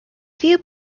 few